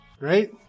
Right